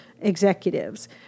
executives